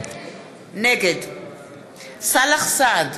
נגד סאלח סעד,